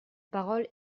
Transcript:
parole